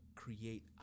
Create